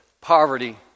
poverty